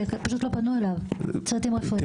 שצוותים רפואיים פשוט לא פנו אליו.